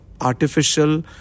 artificial